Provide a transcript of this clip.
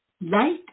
Light